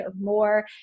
more